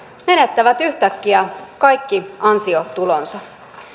menettävät yhtäkkiä kaikki ansiotulonsa